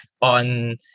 on